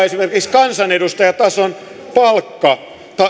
esimerkiksi kansanedustajatason